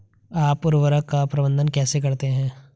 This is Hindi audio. आप उर्वरक का प्रबंधन कैसे करते हैं?